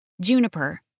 Juniper